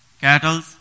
cattle